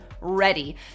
ready